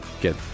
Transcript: get